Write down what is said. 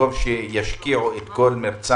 במקום שישקיעו את כל מרצם,